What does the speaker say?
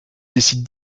décide